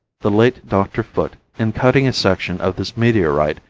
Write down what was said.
the late dr. foote, in cutting a section of this meteorite,